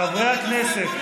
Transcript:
חברי הכנסת.